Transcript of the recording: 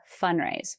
fundraise